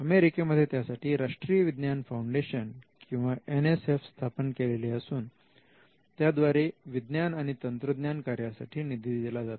अमेरिकेमध्ये त्यासाठी राष्ट्रीय विज्ञान फाउंडेशन किंवा एन एस एफ स्थापन केलेले असून त्याद्वारे विज्ञान आणि तंत्रज्ञान कार्यासाठी निधी दिला जातो